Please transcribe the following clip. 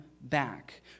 back